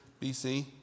BC